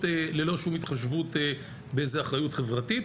ללא שום התחשבות באיזו אחריות חברתית.